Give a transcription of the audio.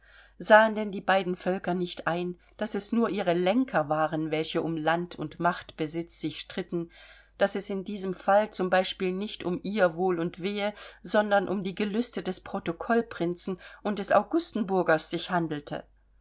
sahen denn die beiden völker nicht ein daß es nur ihre lenker waren welche um land und machtbesitz sich stritten daß es in diesem fall zum beispiel nicht um ihr wohl und wehe sondern um die gelüste des protokoll prinzen und des augustenburgers sich handelte